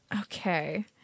Okay